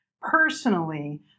personally